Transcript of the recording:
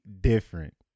different